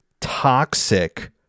Toxic